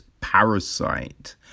Parasite